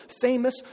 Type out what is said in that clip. famous